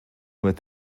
with